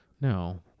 no